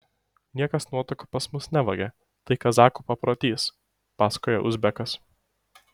niekas nuotakų pas mus nevagia tai kazachų paprotys pasakoja uzbekas